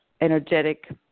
energetic